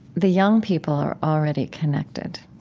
the young people are already connected.